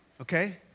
okay